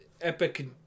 Epic